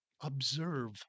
observe